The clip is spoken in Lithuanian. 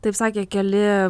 taip sakė keli